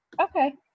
Okay